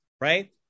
right